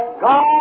God